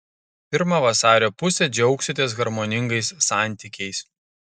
pirmą vasario pusę džiaugsitės harmoningais santykiais